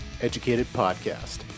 educatedpodcast